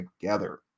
together